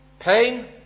pain